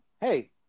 hey